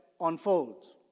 unfolds